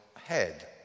head